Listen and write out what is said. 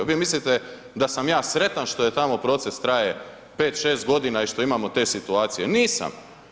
Vi mislite da sam ja sretan što tamo proces traje 5, 6 g. i što imamo te situacije, nisam.